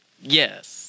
Yes